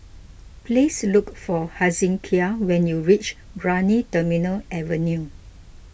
please look for Hezekiah when you reach Brani Terminal Avenue